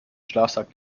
schlafsack